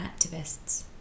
activists